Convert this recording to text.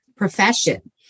profession